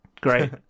great